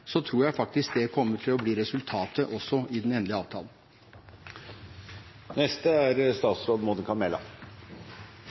tror jeg faktisk det kommer til å bli resultatet også i den endelige avtalen.